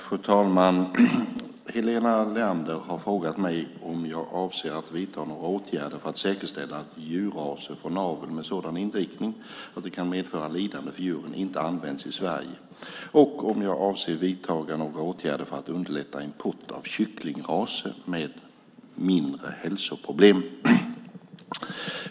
Fru talman! Helena Leander har frågat mig om jag avser att vidta några åtgärder för att säkerställa att djurraser från avel med sådan inriktning att den kan medföra lidande för djuren inte används i Sverige och om jag avser att vidta några åtgärder för att underlätta import av kycklingraser med mindre hälsoproblem.